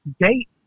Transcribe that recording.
date